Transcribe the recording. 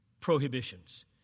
Prohibitions